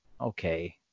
okay